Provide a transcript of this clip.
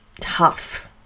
tough